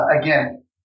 again